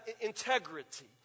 integrity